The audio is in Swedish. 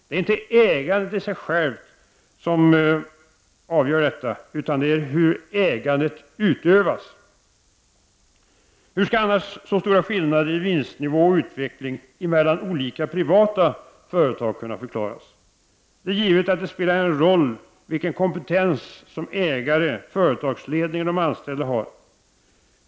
Det är inte ägandet i sig själv som avgör detta , utan hur ägandet utövas. Hur skall annars så stora skillnader i vinstnivå och utveckling mellan olika privata företag kunna förklaras? Det är givet att det spelar en roll vilken kompetens som ägare, företagsledning och de anställda har.